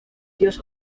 dios